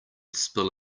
spill